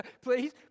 Please